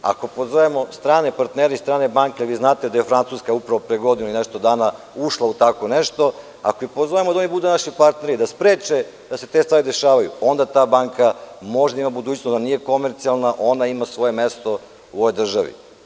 Ako pozovemo strane partnere i strane banke, a vi znate da je Francuska upravo pre godinu i nešto dana ušla u tako nešto, ako ih pozovemo da oni budu naši partneri, da spreče da se te stvari dešavaju, onda ta banka može da ima budućnost, da nije komercijalna, onda ima svoje mesto u ovoj državi.